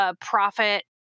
profit